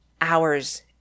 hours